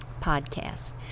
podcast